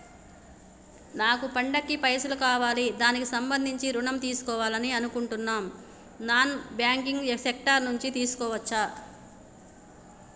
నాకు పండగ కి పైసలు కావాలి దానికి సంబంధించి ఋణం తీసుకోవాలని అనుకుంటున్నం నాన్ బ్యాంకింగ్ సెక్టార్ నుంచి తీసుకోవచ్చా?